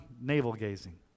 navel-gazing